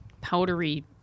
powdery